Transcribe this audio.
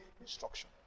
instruction